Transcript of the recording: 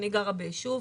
אני גרה ביישוב